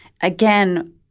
Again